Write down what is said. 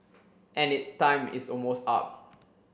and its time is almost up